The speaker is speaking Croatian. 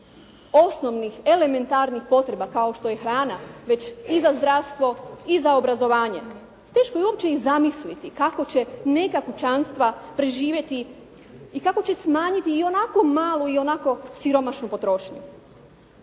osnovnih elementarnih potreba kao što je hrana već i za zdravstvo i za obrazovanje. Teško je uopće i zamisliti kako će neka kućanstva preživjeti i kako će smanjiti ionako malu i ionako siromašnu potrošnju.